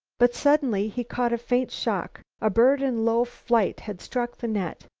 but, suddenly, he caught a faint shock. a bird in low flight had struck the net.